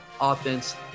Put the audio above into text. offense